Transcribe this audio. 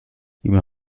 jemand